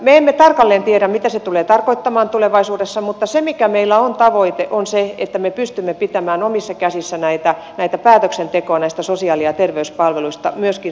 me emme tarkalleen tiedä mitä se tulee tarkoittamaan tulevaisuudessa mutta se mikä meillä on tavoitteena on se että me pystymme pitämään omissa käsissä päätöksentekoa näistä sosiaali ja terveyspalveluista myöskin sosiaaliturvaan liittyen